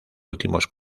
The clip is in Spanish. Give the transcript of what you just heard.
últimos